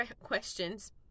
questions